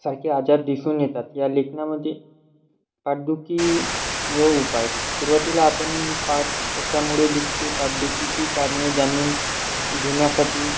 सारखे आजार दिसून येतात या लेखनामध्ये पाठदुखी व उपाय सुरूवातीला आपण पाठ कशामुळे दुखते पाटदुखीची कारणे जाणून घेण्यासाठी